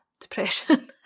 depression